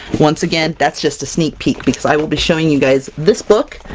once again, that's just a sneak peek, because i will be showing you guys this book,